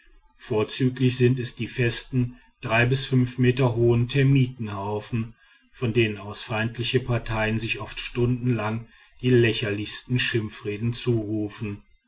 vorzüglich sind es die festen drei bis fünf meter hohen termitenhaufen von denen aus feindliche parteien sich oft stundenlang die lächerlichsten schimpfreden zurufen